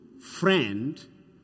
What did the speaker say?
friend